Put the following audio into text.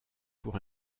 pour